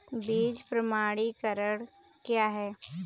बीज प्रमाणीकरण क्या है?